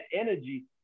energy